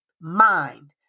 Mind